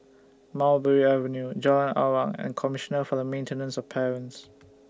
Mulberry Avenue Jalan Awang and Commissioner For The Maintenance of Parents